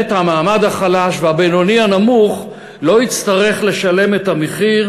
המעמד החלש והבינוני-הנמוך לא יצטרכו לשלם את המחיר,